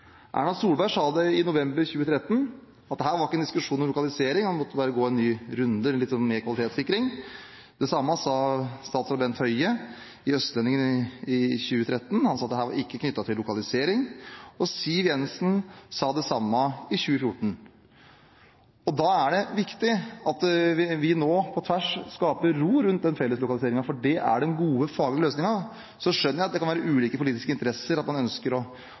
Erna Solberg sa i november 2013 at dette ikke var en diskusjon om lokalisering, man måtte bare gå en ny runde med kvalitetssikring. Det samme sa statsråd Bent Høie i Østlendingen i 2013 – altså at dette ikke var knyttet til lokalisering. Og Siv Jensen sa det samme i 2014. Da er det viktig at vi nå, på tvers, skaper ro rundt den felleslokaliseringen, for det er den gode, faglige løsningen. Jeg skjønner at det kan være ulike politiske interesser, at man ønsker å